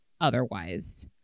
otherwise